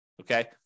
Okay